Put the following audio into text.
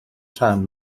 rhan